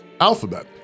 alphabet